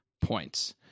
points